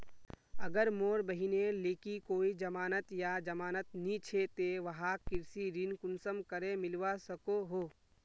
अगर मोर बहिनेर लिकी कोई जमानत या जमानत नि छे ते वाहक कृषि ऋण कुंसम करे मिलवा सको हो?